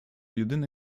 jedyne